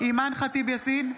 אימאן ח'טיב יאסין,